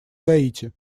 гаити